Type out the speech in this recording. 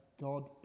God